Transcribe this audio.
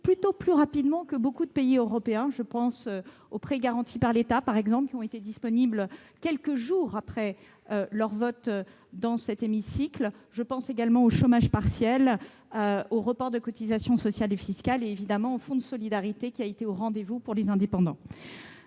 plutôt plus rapidement que dans beaucoup de pays européens : les prêts garantis par l'État, par exemple, ont été disponibles quelques jours seulement après leur vote dans cet hémicycle. Je pense également au chômage partiel, au report de cotisations sociales et fiscales et au fonds de solidarité qui a été au rendez-vous pour les indépendants.